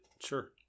Sure